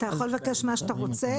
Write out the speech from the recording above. אתה יכול לבקש מה שאתה רוצה.